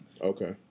Okay